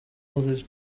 others